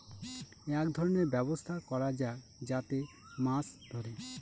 এক ধরনের ব্যবস্থা করা যাক যাতে মাছ ধরে